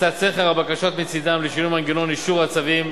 ולפריצת סכר הבקשות מצדם לשינוי מנגנון אישור הצווים